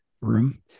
room